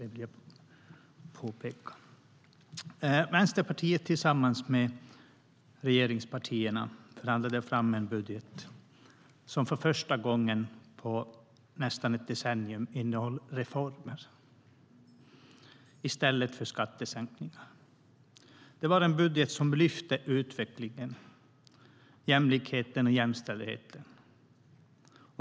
Det vill jag påpeka. Vänsterpartiet förhandlade tillsammans med regeringspartierna fram en budget som för första gången på nästan ett decennium innehöll reformer i stället för skattesänkningar. Det var en budget som lyfte utvecklingen, jämlikheten och jämställdheten.